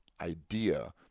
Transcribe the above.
idea